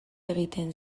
egiten